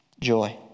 joy